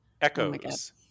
Echoes